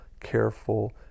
careful